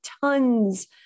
tons